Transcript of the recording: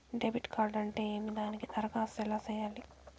debit card అంటే ఏమి దానికి దరఖాస్తు ఎలా సేయాలి